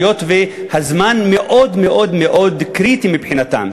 היות שהזמן מאוד קריטי מבחינתם?